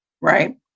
right